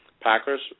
Packers